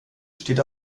steht